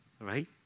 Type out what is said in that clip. right